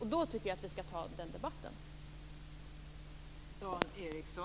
Jag tycker att vi skall ta den debatten då.